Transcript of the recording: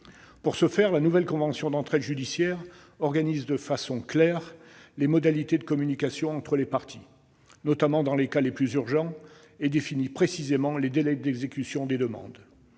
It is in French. Pour ce faire, la nouvelle convention d'entraide judiciaire organise de façon claire les modalités de communication entre les parties, notamment dans les cas les plus urgents, et définit plus précisément les délais d'exécution des demandes.